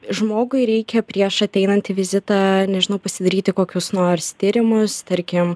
žmogui reikia prieš ateinant į vizitą nežinau pasidaryti kokius nors tyrimus tarkim